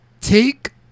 Take